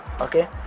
Okay